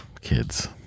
kids